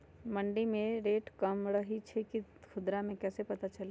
मंडी मे रेट कम रही छई कि खुदरा मे कैसे पता चली?